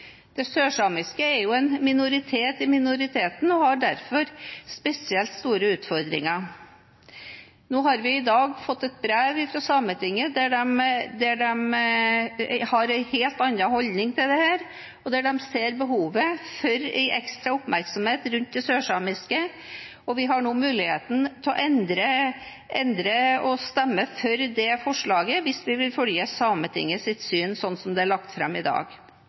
det sørsamiske. Det sørsamiske er jo en minoritet i minoriteten og har derfor spesielt store utfordringer. Nå har vi i dag fått et brev fra Sametinget der de har en helt annen holdning til dette, og der de ser behovet for ekstra oppmerksomhet rundt det sørsamiske. Vi har nå muligheten til å endre og stemme for det forslaget hvis vi vil følge Sametingets syn slik det er lagt fram i dag.